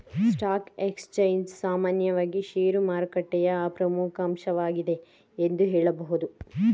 stock exchange ಸಾಮಾನ್ಯವಾಗಿ ಶೇರುಮಾರುಕಟ್ಟೆಯ ಪ್ರಮುಖ ಅಂಶವಾಗಿದೆ ಎಂದು ಹೇಳಬಹುದು